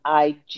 IG